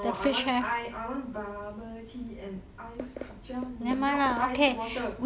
no I want bubble tea and ice kacang not ice water